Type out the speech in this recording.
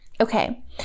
Okay